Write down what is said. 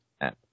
app